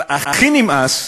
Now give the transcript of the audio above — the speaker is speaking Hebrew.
אבל הכי נמאס